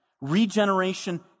regeneration